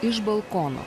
iš balkono